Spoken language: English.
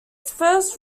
first